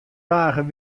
dagen